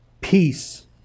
Peace